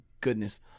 goodness